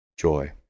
joy